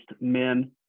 men